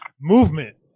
movement